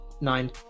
nine